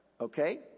Okay